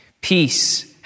peace